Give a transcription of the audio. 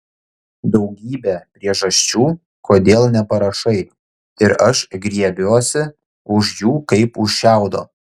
daugybė priežasčių kodėl neparašai ir aš griebiuosi už jų kaip už šiaudo